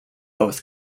both